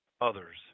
others